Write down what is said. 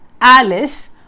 Alice